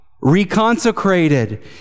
Reconsecrated